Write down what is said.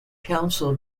council